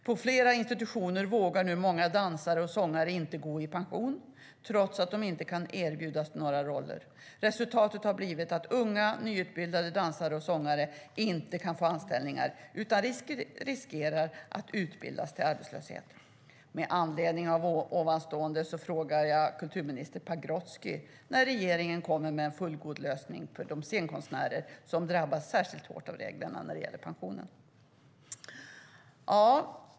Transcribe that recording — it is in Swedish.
På flera institutioner vågar nu många dansare och sångare inte gå i pension, trots att de inte kan erbjudas några roller. Resultatet har blivit att unga, nyutbildade dansare och sångare inte kan få anställningar utan riskerar att utbildas till arbetslöshet. Med anledning av ovanstående vill jag fråga kulturminister Leif Pagrotsky när regeringen kommer med en fullgod lösning för de scenkonstnärer som drabbats särskilt hårt av reglerna" när det gäller pensioner.